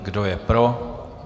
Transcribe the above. Kdo je pro?